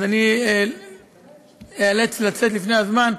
אז אני איאלץ לצאת לפני הזמן.